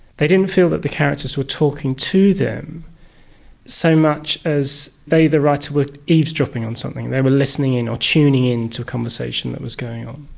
they didn't feel that the characters were talking to them so much as they the writer were eavesdropping on something, they were listening in or tuning in to a conversation that was going on.